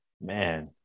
man